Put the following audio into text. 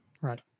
right